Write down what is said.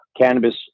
cannabis